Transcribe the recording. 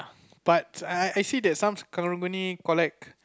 but I I see that some company collect